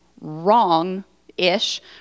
wrong-ish